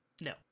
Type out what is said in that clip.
No